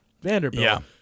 Vanderbilt